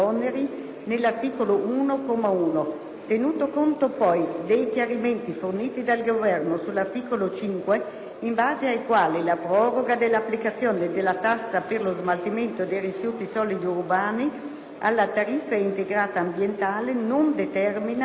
Tenuto conto poi dei chiarimenti forniti dal Governo sull'articolo 5, in base ai quali la proroga dell'applicazione della tassa per lo smaltimento dei rifiuti solidi urbani (TARSU) alla tariffa integrata ambientale (TIA) non determina effetti finanziari negativi sul gettito